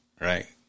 Right